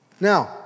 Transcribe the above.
Now